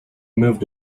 moved